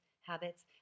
habits